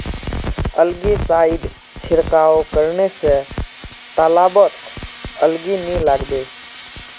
algae side छिड़काव करने स तालाबत एलगी नी लागबे